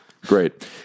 Great